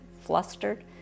flustered